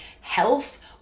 health